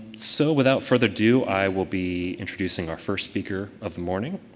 so without further ado i will be introducing our first speaker of the morning.